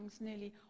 nearly